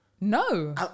no